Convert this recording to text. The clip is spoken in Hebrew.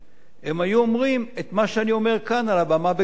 הם היו אומרים את מה שאני אומר כאן על הבמה בגלוי.